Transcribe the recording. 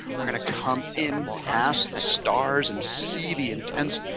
we're going to come in past the stars and see the intense,